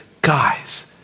guys